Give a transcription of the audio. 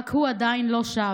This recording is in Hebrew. רק הוא עדיין לא שב.